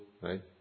right